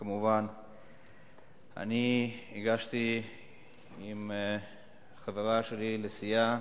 מובן שהגשתי עם החברה שלי לסיעה,